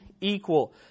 equal